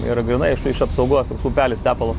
ir grynai iš tai iš apsaugos upelis tepalo